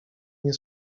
nie